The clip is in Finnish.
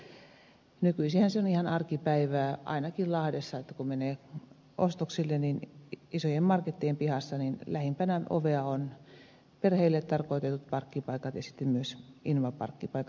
nykyisinhän se on ihan arkipäivää ainakin lahdessa että kun menee ostoksille niin isojen markettien pihassa lähimpänä ovea ovat perheille tarkoitetut parkkipaikat ja sitten myös invaparkkipaikat